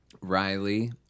Riley